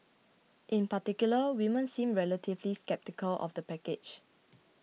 in particular women seemed relatively sceptical of the package